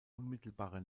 unmittelbarer